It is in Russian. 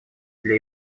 для